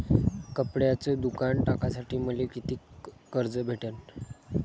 कपड्याचं दुकान टाकासाठी मले कितीक कर्ज भेटन?